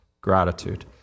Gratitude